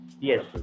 Yes